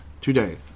today